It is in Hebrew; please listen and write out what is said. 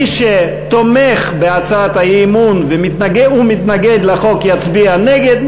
מי שתומך בהצעת האי-אמון ומתנגד לחוק יצביע נגד,